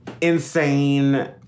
insane